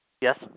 Yes